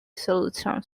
solution